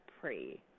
pray